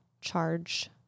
charge